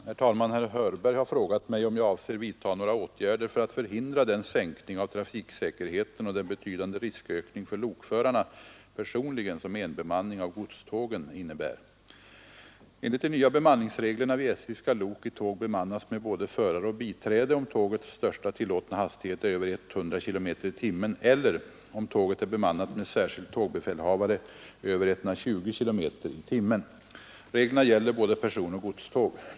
Herr talman! Herr Hörberg har frågat mig om jag avser vidta några åtgärder för att förhindra den sänkning av trafiksäkerheten och den betydande ris Enligt de nya bemanningsreglerna vid SJ skall lok i tåg bemannas med både förare och biträde om tågets största tillåtna hastighet är över 100 km tim. Reglerna gäller både personoch godståg.